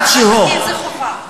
מינהל תקין זה חובה.